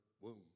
womb